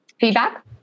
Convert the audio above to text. Feedback